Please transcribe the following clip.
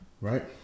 Right